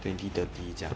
twenty thirty 这样